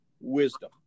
wisdom